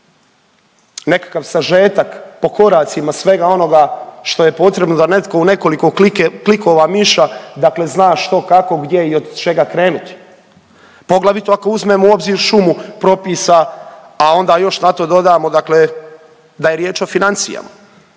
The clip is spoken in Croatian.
nekakav sažetak po koracima svega onoga što je potrebno da netko u nekoliko klikova miša dakle zna što, kako, gdje i od čega krenuti. Poglavito ako uzmemo u obzir šumu propisa, a onda još na to dodamo dakle da je riječ o financija,